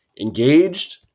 engaged